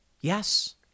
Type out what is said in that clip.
Yes